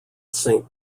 saint